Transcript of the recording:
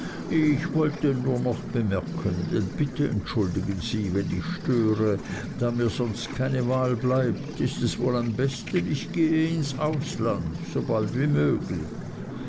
ich wollte nur noch bemerken bitte entschuldigen sie wenn ich störe da mir sonst keine wahl bleibt ist es wohl am besten ich gehe ins ausland sobald wie möglich